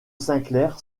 sinclair